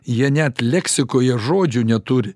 jie net leksikoje žodžių neturi